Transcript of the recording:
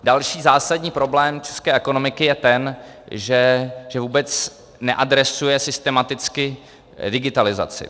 Další zásadní problém české ekonomiky je ten, že vůbec neadresuje systematicky digitalizaci.